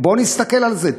בואו נסתכל על זה,